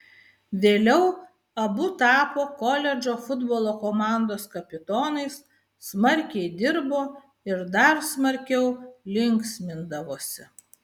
vėliau abu tapo koledžo futbolo komandos kapitonais smarkiai dirbo ir dar smarkiau linksmindavosi